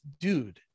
dude